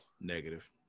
Negative